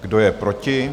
Kdo je proti?